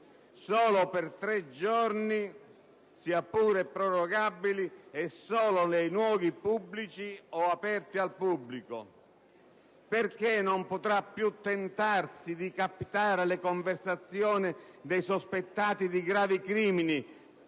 solo per tre giorni, sia pure prorogabili, e solo nei luoghi pubblici o aperti al pubblico? Perché non potrà più tentarsi di captare le conversazioni dei sospettati di gravi crimini